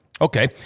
okay